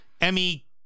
Emmy